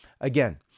Again